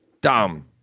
dumb